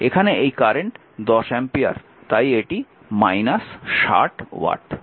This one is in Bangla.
এখানে এই কারেন্ট 10 অ্যাম্পিয়ার তাই এটি 60 ওয়াট